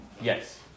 Yes